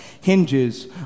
hinges